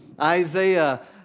Isaiah